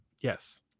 Yes